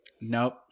Nope